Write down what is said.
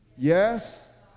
Yes